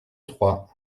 troie